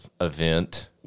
event